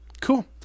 Cool